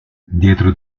dietro